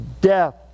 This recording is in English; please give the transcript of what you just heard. death